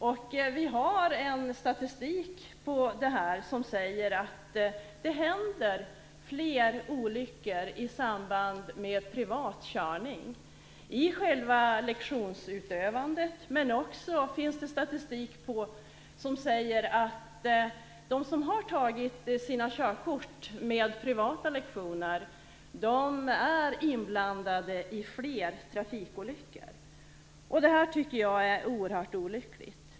Det finns en statistik över detta som säger att det händer fler olyckor i samband med privat körning i själva lektionsutövandet, men det finns också statistik som visar att de som har tagit sina körkort med privata lektioner är inblandade i fler trafikolyckor. Jag tycker att detta är oerhört olyckligt.